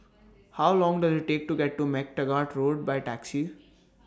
How Long Does IT Take to get to MacTaggart Road By Taxi